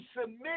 submit